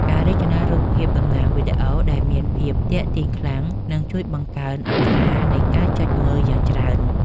ការរចនារូបភាពតំណាងវីដេអូ ដែលមានភាពទាក់ទាញខ្លាំង នឹងជួយបង្កើនអត្រានៃការចុចមើលយ៉ាងច្រើន។